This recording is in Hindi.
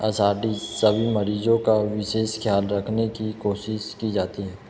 सभी मरीजों का विशेष ख्याल रखने की कोशिश की जाती है